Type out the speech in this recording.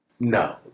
No